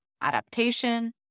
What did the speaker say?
adaptation